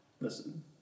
listen